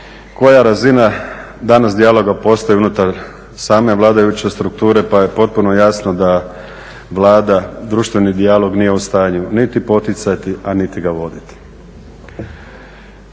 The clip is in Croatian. koja razina danas dijaloga postoji unutar same vladajuće strukture, pa je potpuno jasno da Vlada društveni dijalog nije u stanju niti poticati, a niti ga voditi.